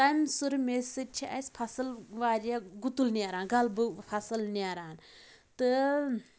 تمہِ سُرٕ میٚژِ سۭتۍ چھِ اسہِ فصل واریاہ گُتُل نیران غلبہٕ فصٕل نیران تہٕ